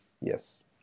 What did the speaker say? Yes